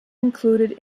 included